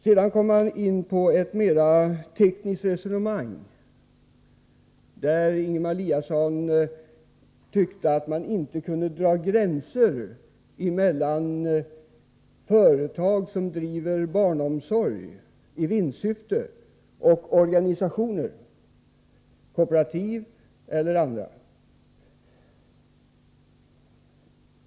Han kom sedan in på ett mera tekniskt resonemang där han tyckte att man inte kunde dra gränser mellan företag som driver barnomsorg i vinstsyfte och organisationer, kooperativ eller andra.